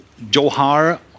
Johar